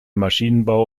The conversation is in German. maschinenbau